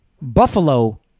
Buffalo